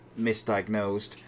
misdiagnosed